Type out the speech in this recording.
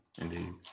Indeed